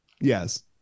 Yes